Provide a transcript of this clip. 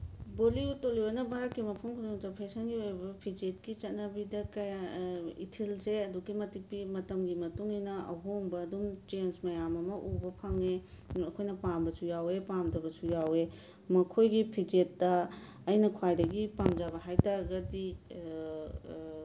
ꯕꯣꯂꯤꯋꯨꯠ ꯇꯣꯂꯤꯋꯨꯠꯅ ꯚꯥꯔꯠꯀꯤ ꯃꯐꯝ ꯈꯨꯗꯤꯡꯃꯛꯇ ꯐꯦꯁꯟꯒꯤ ꯑꯣꯏꯕ ꯐꯤꯖꯦꯠꯀꯤ ꯆꯠꯅꯕꯤꯗ ꯀꯌꯥ ꯏꯊꯤꯜꯁꯦ ꯑꯗꯨꯛꯀꯤ ꯃꯇꯤꯛ ꯄꯤ ꯃꯇꯝꯒꯤ ꯃꯇꯨꯡꯏꯟꯅ ꯑꯍꯣꯡꯕ ꯑꯗꯨꯝ ꯆꯦꯟꯖ ꯃꯌꯥꯝ ꯑꯃ ꯎꯕ ꯐꯪꯉꯤ ꯑꯩꯈꯣꯏꯅ ꯄꯥꯝꯕꯁꯨ ꯌꯥꯎꯋꯦ ꯄꯥꯝꯗꯕꯁꯨ ꯌꯥꯎꯋꯦ ꯃꯈꯣꯏꯒꯤ ꯐꯤꯖꯦꯠꯇ ꯑꯩꯅ ꯈ꯭ꯋꯥꯏꯗꯒꯤ ꯄꯥꯝꯖꯕ ꯍꯥꯏ ꯇꯥꯔꯒꯗꯤ